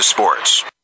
Sports